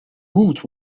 ruth